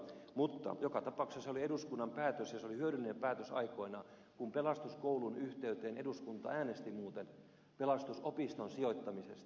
mutta joka tapauksessa se oli eduskunnan päätös ja se oli hyödyllinen päätös aikoinaan kun pelastuskoulun yhteyteen eduskunta äänesti muuten pelastusopiston sijoittamisesta